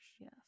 Yes